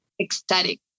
ecstatic